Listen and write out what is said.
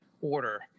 order